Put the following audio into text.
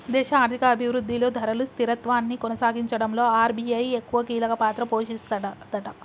దేశ ఆర్థిక అభివృద్ధిలో ధరలు స్థిరత్వాన్ని కొనసాగించడంలో ఆర్.బి.ఐ ఎక్కువ కీలక పాత్ర పోషిస్తదట